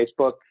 Facebook